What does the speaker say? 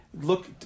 Look